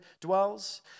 dwells